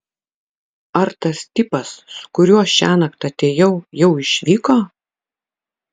ar tas tipas su kuriuo šiąnakt atėjau jau išvyko